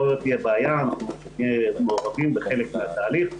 לא תהיה בעיה ואנחנו נהיה מעורבים בחלק מהתהליך.